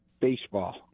baseball